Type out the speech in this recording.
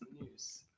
news